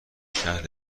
شهر